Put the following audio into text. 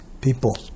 people